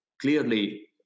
clearly